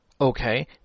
Okay